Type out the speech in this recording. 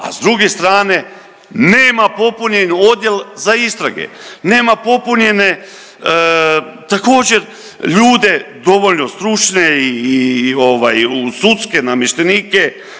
a s druge strane, nema popunjen odjel za istrage, nema popunjene također ljude dovoljno stručne i sudske namještenike